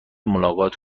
ملاقات